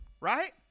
right